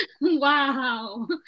Wow